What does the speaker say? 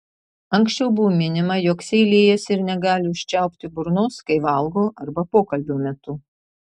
anksčiau buvo minima jog seilėjasi ir negali užčiaupti burnos kai valgo arba pokalbio metu